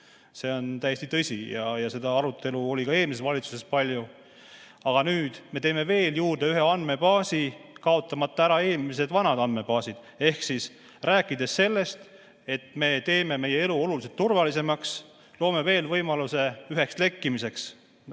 see on täiesti tõsi ja seda arutelu oli ka eelmises valitsuses palju. Aga nüüd me teeme veel juurde ühe andmebaasi, kaotamata ära eelmisi, vanu andmebaase. Ehk rääkides sellest, et me teeme meie elu oluliselt turvalisemaks, loome veel võimaluse üheks lekkimiseks.